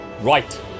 Right